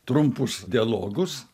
trumpus dialogus